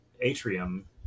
atrium